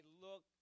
look